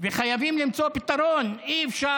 יש כל מיני פתרונות של קבורה שהם אינם קבורת